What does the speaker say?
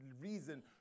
reason